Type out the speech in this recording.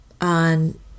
on